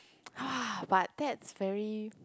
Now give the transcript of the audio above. !wah! but that's very